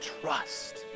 trust